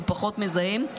שהוא פחות מזהם.